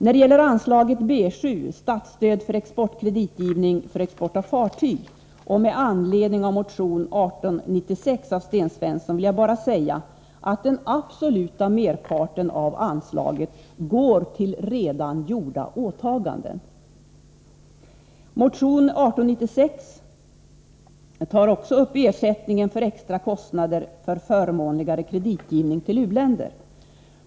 Beträffande anslaget B7 Kostnader för statsstödd exportkreditgivning avseende export av fartyg m.m. och med anledning av motion 1896 av Sten Svensson vill jag bara säga att den absoluta merparten av anslaget går till redan gjorda åtaganden. Motion 1896 tar också upp frågan om ersättningen för extra kostnader för förmånligare kreditgivning till u-länder.